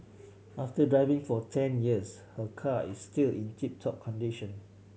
after driving for ten years her car is still in tip top condition